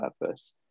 purpose